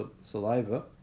saliva